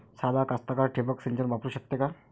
सादा कास्तकार ठिंबक सिंचन वापरू शकते का?